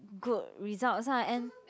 good results ah and